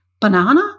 banana